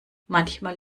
manchmal